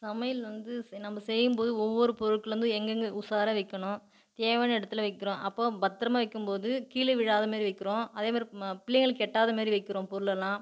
சமையல் வந்து ச நம்ம செய்யும்போது ஒவ்வொரு பொருட்களும் வந்து எங்கங்கே உஷாரா வைக்கணும் தேவையான இடத்துல வைக்கிறோம் அப்போ பத்திரமா வைக்கும்போது கீழே விழாத மாதிரி வைக்கிறோம் அதேமாதிரி பிள்ளைங்களுக்கு எட்டாதமாதிரி வைக்கிறோம் பொருளெல்லாம்